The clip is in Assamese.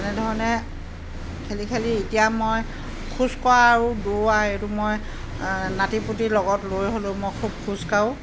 এনেধৰণে খেলি খেলি এতিয়া মই খোজকঢ়া আৰু দৌৰা এইটো মই নাতি পুতিৰ লগত লৈ হ'লেও মই খুব খোজকাঢ়োঁ